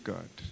God